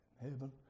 heaven